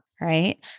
right